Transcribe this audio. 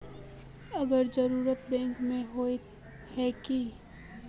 अगर जरूरत बैंक में होय है की?